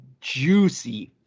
juicy